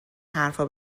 حرفا